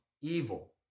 evil